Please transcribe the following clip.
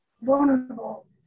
vulnerable